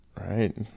right